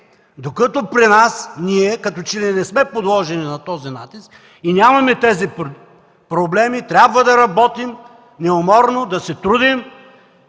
докато при нас ние като че ли не сме подложени на този натиск и нямаме тези проблеми, но трябва да работим неуморно, да се трудим